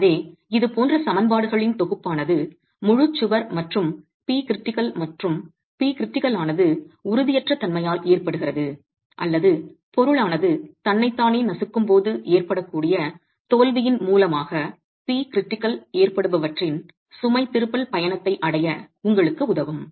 எனவே இதுபோன்ற சமன்பாடுகளின் தொகுப்பானது முழுச் சுவர் மற்றும் Pcritical மற்றும் Pcritical ஆனது உறுதியற்ற தன்மையால் ஏற்படுகிறது அல்லது பொருளானது தன்னைத் தானே நசுக்கும் போது ஏற்படக்கூடிய தோல்வியின் மூலமாக Pcritical ஏற்படுபவற்றின் சுமை திருப்பல் பயணத்தை அடைய உங்களுக்கு உதவும்